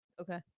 Okay